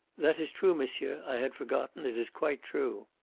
that is true, monsieur. i had forgotten. it is quite true.